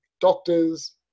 doctors